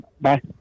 Bye